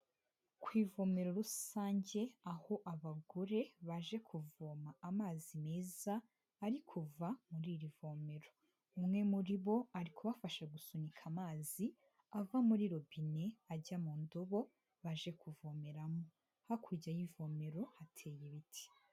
Ku ivomero rusange aho abagore baje kuvoma amazi meza ari kuva muri iri vomero. Umwe muri bo ari kubafasha gusunika amazi ava muri robine ajya mu ndobo baje kuvomeramo. Hakurya y'ivomero hateye ibiti.